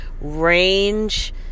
range